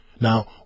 Now